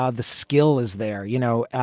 ah the skill is there. you know,